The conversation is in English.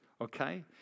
Okay